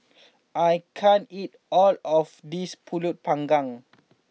I can't eat all of this Pulut Panggang